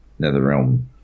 NetherRealm